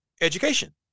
education